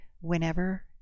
whenever